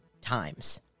times